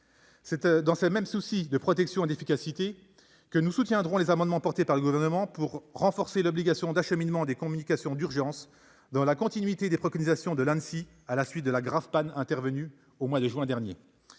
C'est dans un même souci de protection et d'efficacité que nous soutiendrons les amendements portés par le Gouvernement visant à renforcer l'obligation d'acheminement des communications d'urgence, dans la continuité des préconisations de l'Anssi à la suite de la grave panne intervenue au mois de juin dernier.